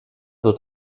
wird